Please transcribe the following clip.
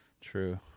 True